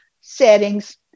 settings